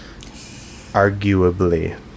Arguably